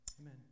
Amen